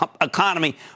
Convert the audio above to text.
economy